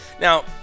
Now